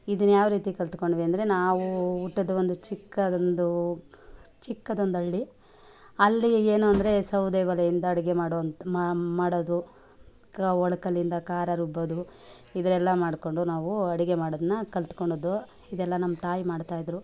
ಇದನ್ನು ಯಾವ ರೀತಿ ಕಲ್ತುಕೊಂಡ್ವಿ ಅಂದರೆ ನಾವು ಹುಟ್ಟಿದ್ವಂದು ಚಿಕ್ಕದೊಂದು ಚಿಕ್ಕದೊಂದಳ್ಳಿ ಅಲ್ಲಿ ಏನು ಅಂದರೆ ಸೌದೆ ಒಲೆಯಿಂದ ಅಡುಗೆ ಮಾಡೋವಂಥ ಮಾಡೋದು ಕ ಒಳ್ಕಲ್ಲಿಂದ ಖಾರ ರುಬ್ಬೋದು ಇದೆಲ್ಲ ಮಾಡಿಕೊಂಡು ನಾವು ಅಡುಗೆ ಮಾಡೋದನ್ನ ಕಲಿತುಕೊಂಡದ್ದು ಇದೆಲ್ಲ ನಮ್ಮ ತಾಯಿ ಮಾಡ್ತಾಯಿದ್ದರು